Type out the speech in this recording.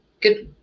Good